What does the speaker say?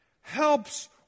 helps